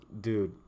dude